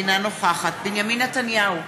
אינה נוכחת בנימין נתניהו,